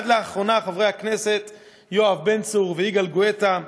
וחברי הכנסת יואב בן צור ויגאל גואטה,